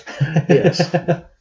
yes